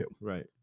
Right